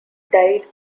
died